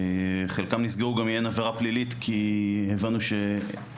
חלקם נסגרו גם מאין עבירה פלילית כי הבנו שלא